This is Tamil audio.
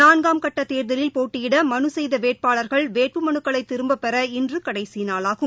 நான்காம் கட்டதேர்தலில் போட்டியிடமனுசெய்தவேட்பாளர்கள் வேட்புமனுக்களைதிரும்பப்பெற இன்றுகடைசிநாளாகும்